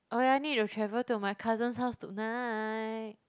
oh ya need to travel to my cousin's house tonight